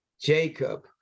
Jacob